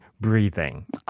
breathing